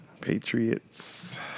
Patriots